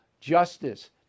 justice